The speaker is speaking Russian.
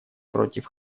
против